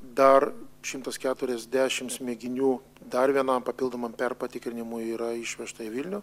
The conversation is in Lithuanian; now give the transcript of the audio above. dar šimtas keturiasdešims mėginių dar vienam papildomam patikrinimui yra išvežta į vilnių